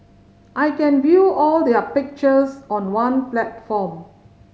I can view all their pictures on one platform